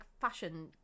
fashion